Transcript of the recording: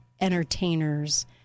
entertainers